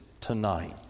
Tonight